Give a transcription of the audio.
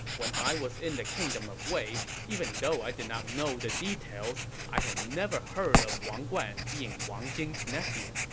when i was in the kingdom of wei, even though i did not know the details, i had never heard of wang guan being wang jing's nephew.